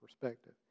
perspective